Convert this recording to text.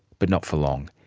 but not for long.